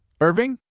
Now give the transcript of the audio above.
Irving